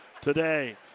today